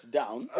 down